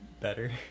better